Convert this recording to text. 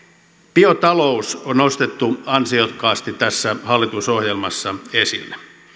biotalous on nostettu ansiokkaasti tässä hallitusohjelmassa esille